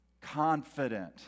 confident